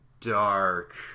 dark